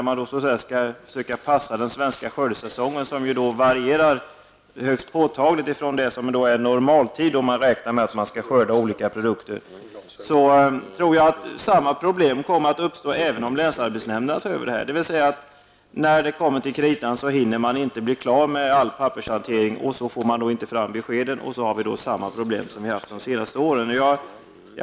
Man skall försöka passa den svenska skördesäsongen, som ju varierar högst påtagligt i förhållande till den normala tidpunkt då man räknar med att skörda olika produkter. Jag tror att samma problem kommer att uppstå även om länsarbetsnämnderna tar över detta. När det kommer till kritan hinner man inte bli klar med all pappershantering. Då får man inte fram beskeden, och sedan får vi samma problem som vi haft de senaste åren.